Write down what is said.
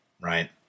Right